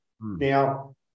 Now